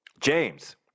James